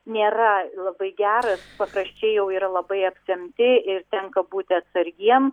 nėra labai geras pakraščiai jau yra labai apsemti ir tenka būti atsargiem